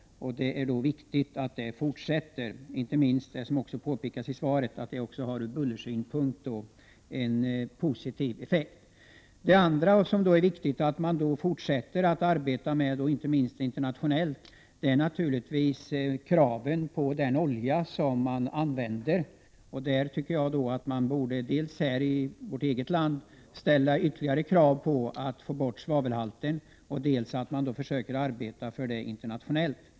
Det är viktigt att det arbetet fortsätter. Det har inte minst ur bullersynpunkt en positiv effekt, som det påpekas i svaret. För det andra är det viktigt att man inte minst internationellt fortsätter att arbeta med kraven på den olja som man använder. Man borde ställa ytterligare krav på att svavelhalten skall bort dels i vårt land, dels internationellt.